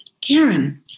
Karen